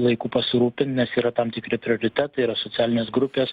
laiku pasirūpint nes yra tam tikri prioritetai yra socialinės grupės